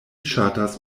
ŝatas